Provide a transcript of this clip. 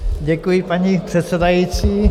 Děkuji, paní předsedající.